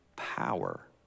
power